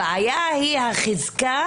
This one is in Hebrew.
הבעיה היא החזקה